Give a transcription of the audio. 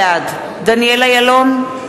בעד דניאל אילון,